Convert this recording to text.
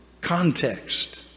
context